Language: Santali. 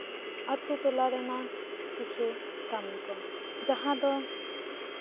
ᱟᱛᱳ ᱴᱚᱞᱟᱨᱮᱱᱟᱜ ᱠᱤᱪᱷᱩ ᱠᱟᱹᱢᱤ ᱠᱚ ᱡᱟᱦᱟᱸ ᱫᱚ